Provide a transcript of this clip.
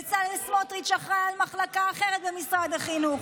בצלאל סמוטריץ' אחראי למחלקה אחרת במשרד החינוך,